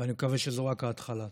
ואני מקווה שזו רק ההתחלה.